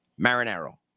Marinero